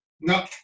No